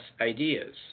ideas